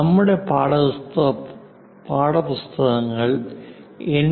നമ്മുടെ പാഠപുസ്തകങ്ങൾ എൻ